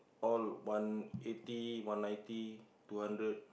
all one eighty one ninety two hundred